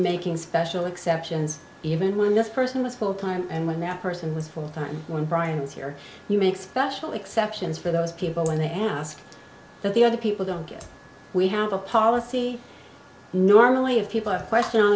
making special exceptions even when this person was full time and when that person was full time when brian was here you make special exceptions for those people when they ask that the other people don't get we have a policy normally if people have question